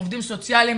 עובדים סוציאליים,